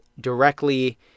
directly